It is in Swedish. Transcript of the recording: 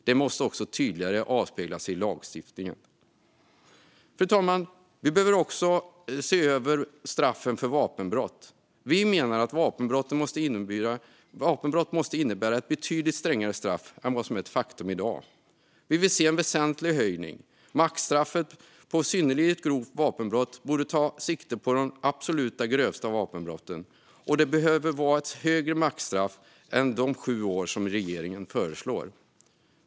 Det måste också tydligare avspeglas i lagstiftningen. Fru talman! Vi behöver också se över straffen för vapenbrott. Vi menar att vapenbrott måste innebära ett betydligt strängare straff än vad som är ett faktum i dag. Vi vill se en väsentlig höjning. Maxstraffet för synnerligen grovt vapenbrott borde ta sikte på de absolut grövsta vapenbrotten. Det behöver vara ett högre maxstraff än de sju år som regeringen föreslår.